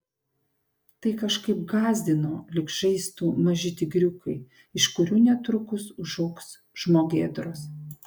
tai kažkaip gąsdino lyg žaistų maži tigriukai iš kurių netrukus užaugs žmogėdros